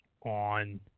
on